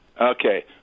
Okay